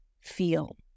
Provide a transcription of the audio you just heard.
feel